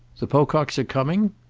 the pococks are coming?